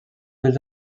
dels